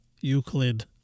Euclid